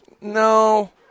No